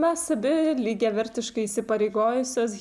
mes abi lygiavertiškai įsipareigojusios